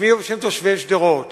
בשמי ובשם תושבי שדרות,